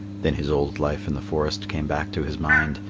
then his old life in the forest came back to his mind,